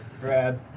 Brad